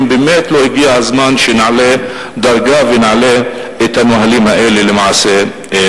אם באמת לא הגיע הזמן שנעלה דרגה ונעלה את הנהלים האלה לחקיקה.